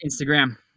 Instagram